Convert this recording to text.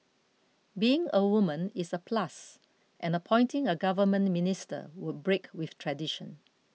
being a woman is a plus and appointing a government minister would break with tradition